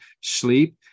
sleep